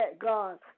God